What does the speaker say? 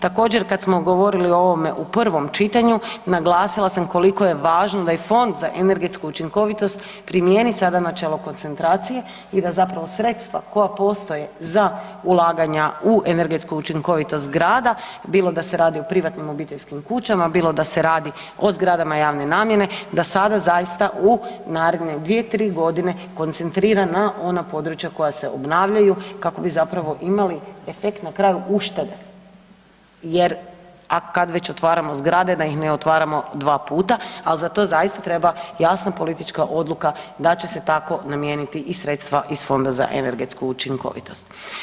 Također kad smo govorili o ovome u prvom čitanju naglasila sam koliko je važno da i Fond za energetsku učinkovitost primjeni sada načelo koncentracije i da zapravo sredstva koja postoje za ulaganja u energetsku učinkovitost zgrada bilo da se radi o privatnim obiteljskim kućama, bilo da se radi o zgradama javne namjene, da sada zaista u naredne 2-3 godine koncentrira na ona područja koja se obnavljaju kako bi zapravo imali efekt na kraju uštede jer kad već otvaramo zgrade da ih ne otvaramo 2 puta, ali za to zaista treba jasna politička odluka da će se tako namijeniti i sredstva iz Fonda za energetsku učinkovitost.